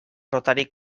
rotary